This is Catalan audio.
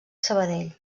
sabadell